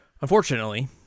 unfortunately